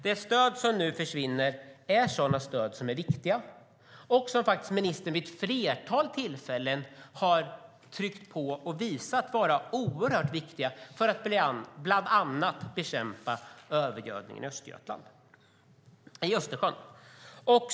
De stöd som nu försvinner är viktiga, och ministern har vid ett flertal tillfällen visat att de är oerhört viktiga för att bekämpa övergödning i Östersjön.